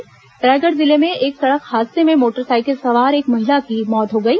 रायगढ़ जिले में एक सड़क हादसे में मोटर साइकिल सवार एक महिला की मौत हो गई